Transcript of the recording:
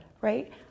right